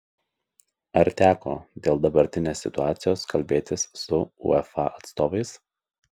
ar teko dėl dabartinės situacijos kalbėtis su uefa atstovais